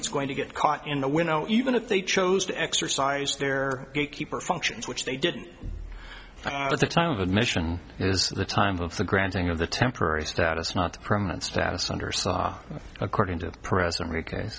that's going to get caught in the window even if they chose to exercise their gatekeeper functions which they did at the time of admission is the time of the granting of the temporary status not permanent status under saw according to the present r